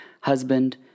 Husband